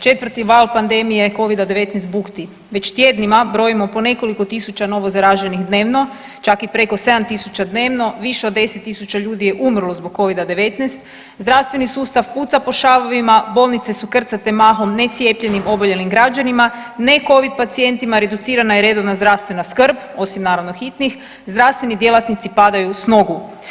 Četvrti val pandemije covida-19 bukti, već tjednima brojimo po nekoliko tisuća novo zaraženih dnevno, čak i preko 7.000 dnevno, više od 10.000 ljudi je umrlo zbog covida-19, zdravstveni sustav puca po šavovima bolnice su krcate mahom ne cijepljenim oboljelim građanima, ne covid pacijentima reducirana je redovna zdravstvena skrb, osim naravno hitnih, zdravstveni djelatnici padaju s nogu.